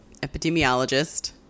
epidemiologist